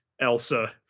elsa